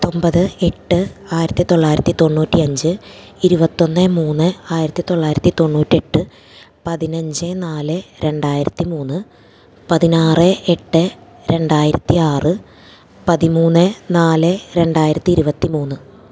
പത്തൊൻപത് എട്ട് ആയിരത്തി തൊള്ളായിരത്തി തൊണ്ണൂറ്റി അഞ്ച് ഇരുപത്തൊന്ന് മൂന്ന് ആയിരത്തി തൊള്ളായിരത്തി തൊണ്ണൂറ്റെട്ട് പതിനഞ്ച് നാല് രണ്ടായിരത്തി മൂന്ന് പതിനാറ് എട്ട് രണ്ടായിരത്തി ആറ് പതിമൂന്ന് നാല് രണ്ടായിരത്തി ഇരുപത്തി മൂന്ന്